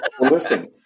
listen